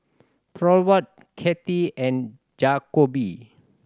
Thorwald Katy and Jakobe